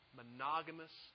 monogamous